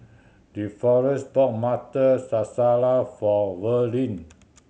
Deforest bought Butter Masala for Verlin